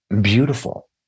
beautiful